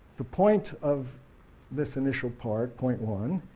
the point of this initial part, point one,